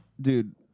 Dude